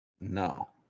No